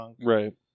Right